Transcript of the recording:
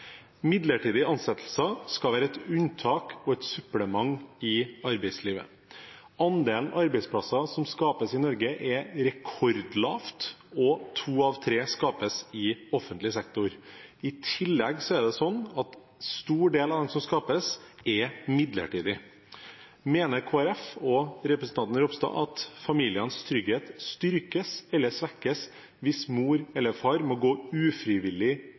Midlertidige ansettelser skal være et unntak og supplement i arbeidslivet. Antallet arbeidsplasser som skapes i Norge, er rekordlavt, og to av tre skapes i offentlig sektor. I tillegg er det sånn at en stor del av dem som skapes, er midlertidige. Mener Kristelig Folkeparti og representanten Ropstad at familienes trygghet styrkes eller svekkes hvis mor eller far må gå ufrivillig